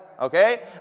Okay